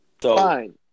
Fine